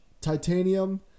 Titanium